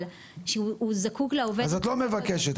שהוא זקוק לעובד --- אז את לא מבקשת,